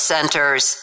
Centers